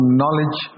knowledge